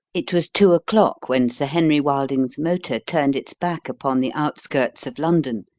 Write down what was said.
it was two o'clock when sir henry wilding's motor turned its back upon the outskirts of london,